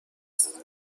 است